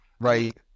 Right